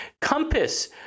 Compass